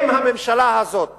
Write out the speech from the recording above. אם הממשלה הזאת